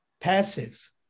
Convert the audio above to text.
passive